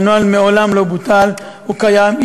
הנוהל מעולם לא בוטל, הוא קיים.